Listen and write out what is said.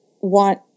want